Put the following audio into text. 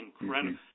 Incredible